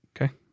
okay